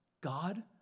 God